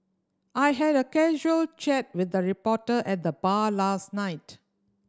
I had a casual chat with a reporter at the bar last night